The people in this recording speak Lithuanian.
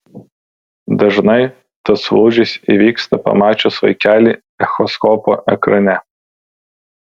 dažnai tas lūžis įvyksta pamačius vaikelį echoskopo ekrane